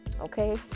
Okay